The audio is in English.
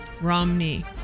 Romney